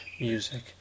Music